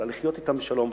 אלא לחיות אתם בשלום.